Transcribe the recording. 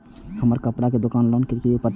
हमर कपड़ा के दुकान छै लोन के उपाय बताबू?